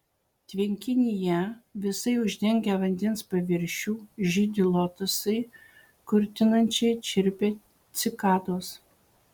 tvenkinyje visai uždengę vandens paviršių žydi lotosai kurtinančiai čirpia cikados